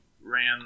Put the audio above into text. ran